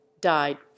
died